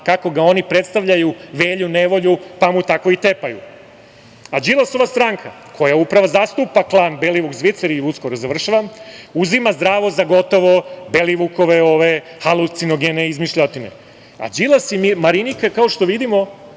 kako ga oni predstavljaju, Velju nevolju, pa mu tako i tepaju. Đilasova stranka, koja upravo zastupa klan Belivuk - Zvicer, uzima zdravo za gotovo Belivukove halucinogene izmišljotine. Đilas i Marinika, kao što vidimo,